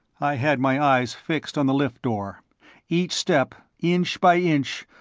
i had my eyes fixed on the lift door each step, inch by inch,